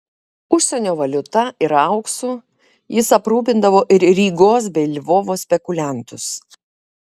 užsienio valiuta ir auksu jis aprūpindavo ir rygos bei lvovo spekuliantus